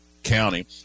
county